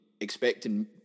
expecting